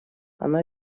она